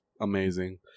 amazing